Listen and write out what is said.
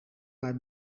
naar